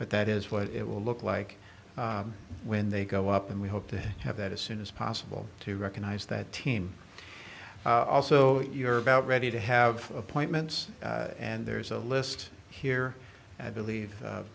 but that is what it will look like when they go up and we hope to have that as soon as possible to recognize that team also you're about ready to have appointments and there's a list here i believe